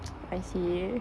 I see